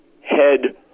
head